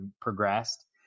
progressed